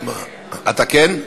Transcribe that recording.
אני כן.